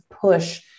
push